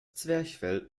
zwerchfell